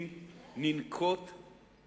אם ננקוט את